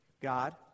God